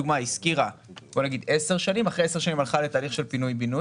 אם היא השכירה ל-10 שנים ואחרי 10 שנים הלכה לתהליך של פינוי-בינוי,